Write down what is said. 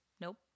Nope